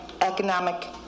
economic